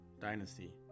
Dynasty